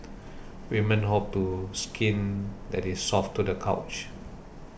women hope to skin that is soft to the couch